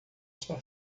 está